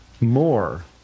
more